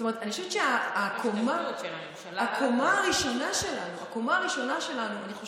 אני חושבת שהקומה הראשונה שלנו בסוף,